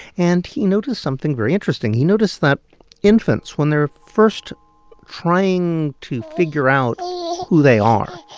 and he noticed something very interesting. he noticed that infants, when they're first trying to figure out who they are.